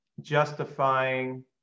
justifying